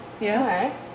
yes